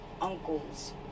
uncles